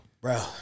Bro